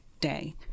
day